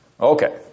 Okay